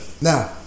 Now